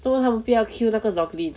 做么他们不要 kill 那个 zombie